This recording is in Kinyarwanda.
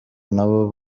n’abo